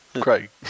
Craig